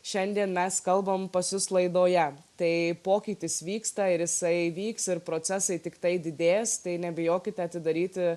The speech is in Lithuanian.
šiandien mes kalbam pas jus laidoje tai pokytis vyksta ir jisai vyks ir procesai tiktai didės tai nebijokite atidaryti